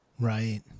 Right